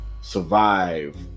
survive